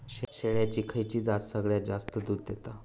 शेळ्यांची खयची जात सगळ्यात जास्त दूध देता?